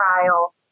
trial